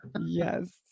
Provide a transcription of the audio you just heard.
yes